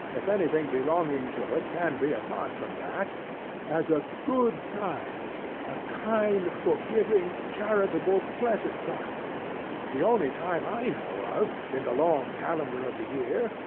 if anything belonging to it can be apart from that as a good time a kind, forgiving, charitable, pleasant time the only time i know of, in the long calendar of the year,